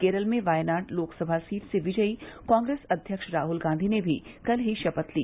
केरल में वायनाड लोकसभा सीट से विजयी कांग्रेस अध्यक्ष राहुल गांधी ने भी कल ही शपथ ली